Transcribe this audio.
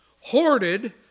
hoarded